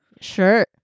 sure